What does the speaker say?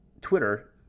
Twitter